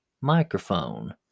microphone